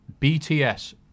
BTS